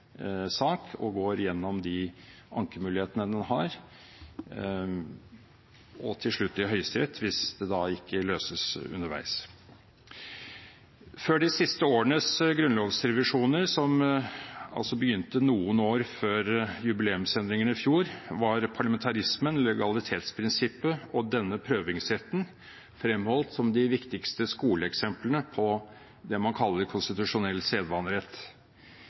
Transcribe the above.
sak og går gjennom de ankemulighetene den har – og til slutt til Høyesterett, hvis det da ikke løses underveis. Før de siste årenes grunnlovsrevisjoner, som altså begynte noen år før jubileumsendringene i fjor, var parlamentarismen, legalitetsprinsippet og denne prøvingsretten fremholdt som de viktigste skoleeksemplene på det man kaller konstitusjonell sedvanerett.